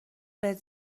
بهت